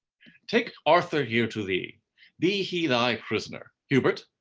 take arthur here to thee be he thy prisoner. hubert,